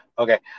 Okay